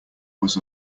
was